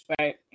Right